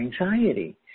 anxiety